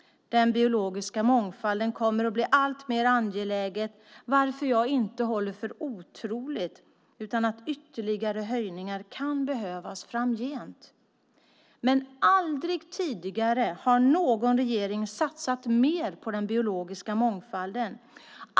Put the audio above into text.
Den biologiska mångfalden kommer att bli alltmer angelägen, varför jag inte håller för otroligt att ytterligare höjningar kan behövas framgent. Aldrig tidigare har någon regering satsat mer på den biologiska mångfalden.